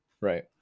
Right